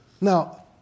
Now